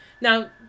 Now